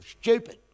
stupid